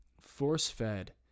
force-fed